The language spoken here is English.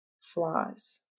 flaws